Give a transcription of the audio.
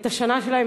את השנה שלהם,